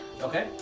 Okay